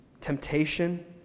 Temptation